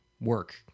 work